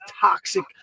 toxic